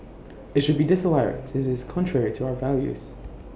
IT should be disallowed since IT is contrary to our values